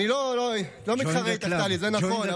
אני לא מתחרה איתך, טלי, זה נכון.